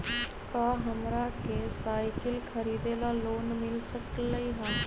का हमरा के साईकिल खरीदे ला लोन मिल सकलई ह?